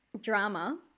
drama